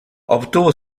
obtuvo